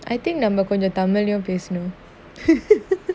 I think நம்ம கொஞ்சோ:namma konjo tamil lah யு பேசனும்:yu pesanum